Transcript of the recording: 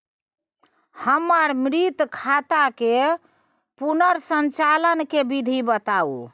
हमर मृत खाता के पुनर संचालन के विधी बताउ?